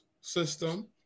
system